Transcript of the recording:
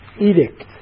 edict